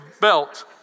belt